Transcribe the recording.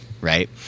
Right